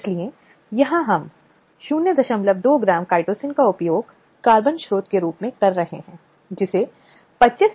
इसलिए इसलिए जो लोग पीड़ित महिलाओं को समाप्त करने के लिए अधिनियम का उपयोग करते हैं अब ऐसी महिलाएं कौन हो सकती हैं